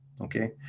Okay